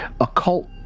occult